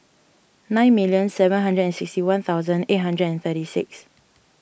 nine million seven hundred and sixty one thousand eight hundred and thirty six